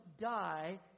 die